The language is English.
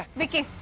vicky